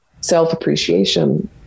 self-appreciation